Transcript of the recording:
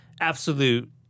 Absolute